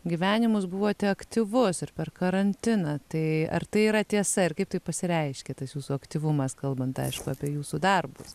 gyvenimus buvote aktyvus ir per karantiną tai ar tai yra tiesa ir kaip tai pasireiškia tas jūsų aktyvumas kalbant aišku apie jūsų darbus